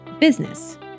business